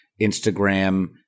Instagram